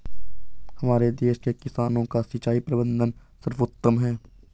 हमारे देश के किसानों का सिंचाई प्रबंधन सर्वोत्तम है